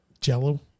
jello